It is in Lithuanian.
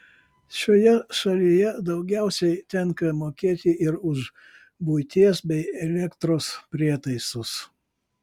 šioje šalyje daugiausiai tenka mokėti ir už buities bei elektros prietaisus